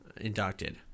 inducted